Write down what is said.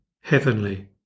heavenly